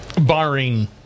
Barring